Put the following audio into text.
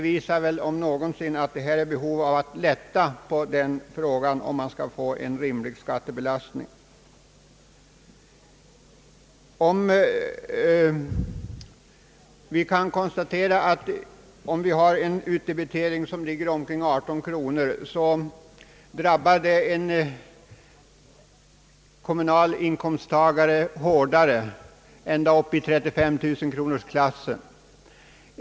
Vid en kommunal utdebitering omkring 18 kronor drabbar detta en kommunal inkomsttagare hårdare än statsskatten ända upp i 35 000 kronors inkomstläge.